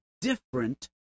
different